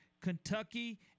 Kentucky